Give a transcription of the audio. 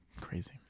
crazy